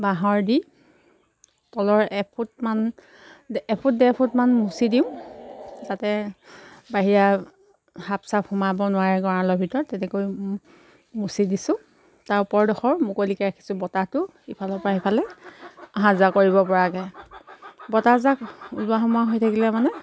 বাঁহৰ দি তলৰ এফুটমান এফুট ডেৰফুটমান মুচি দিওঁ যাতে বাহিৰা সাপ চাপ সোমাব নোৱাৰে গঁৰালৰ ভিতৰত তেনেকৈ মুচি দিছোঁ তাৰ ওপৰডোখৰ মুকলিকৈ ৰাখিছোঁ বতাহটো ইফালৰ পৰা সিফালে অহা যোৱা কৰিব পৰাকৈ বতাহজাক ওলোৱা সোমোৱা হৈ থাকিলে মানে